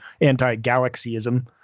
anti-galaxyism